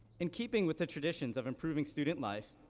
in keeping with the traditions of improving student life,